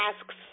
asks